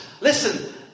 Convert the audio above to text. Listen